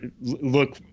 look